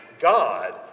God